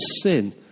sin